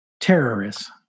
terrorists